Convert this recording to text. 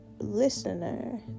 Listener